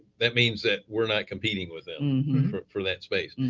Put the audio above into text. that means that we're not competing with them for that space.